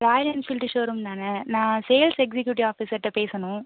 Royal Enfield showroom தானே நான் sales executive ஆஃபீஸர்கிட்ட பேசணும்